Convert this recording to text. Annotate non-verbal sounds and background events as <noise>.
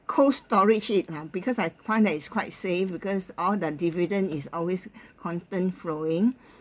cold storage it lah because I find that it's quite safe because all the dividend is always <breath> constant growing